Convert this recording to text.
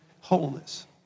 wholeness